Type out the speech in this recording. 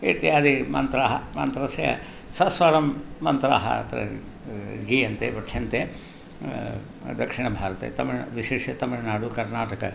इत्यादि मन्त्राः मन्त्रस्य सस्वरं मन्त्राः अत्र गीयन्ते पठ्यन्ते दक्षिणभारते तमिळ् विशिष्य तमिल्नाडुः कर्नाटकः